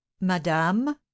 madame